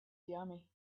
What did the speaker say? yummy